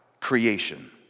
creation